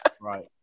Right